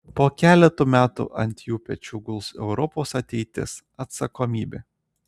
po keleto metų ant jų pečių guls europos ateitis atsakomybė